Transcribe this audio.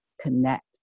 connect